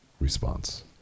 response